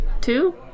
two